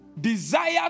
desire